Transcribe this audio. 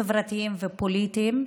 חברתיים ופוליטיים,